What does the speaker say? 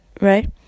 right